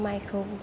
माइखौ